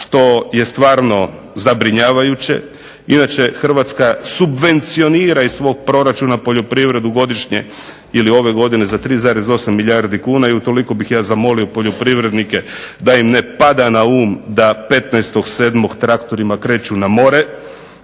što je stvarno zabrinjavajuće. Inače Hrvatska subvencionira iz svog proračuna poljoprivredu godišnje ili ove godine za 3,8 milijardi kuna i utoliko bih ja zamolio poljoprivrednike da im ne pada na um da 15. 7. traktorima kreću na more,